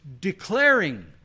declaring